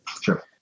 Sure